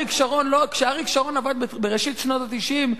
וכשאריק שרון עבד בראשית שנות ה-90,